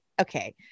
okay